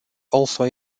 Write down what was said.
also